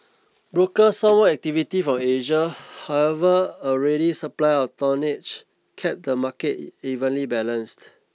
broker some what activity from Asia however a ready supply of tonnage kept the market evenly balanced